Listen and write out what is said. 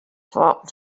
talk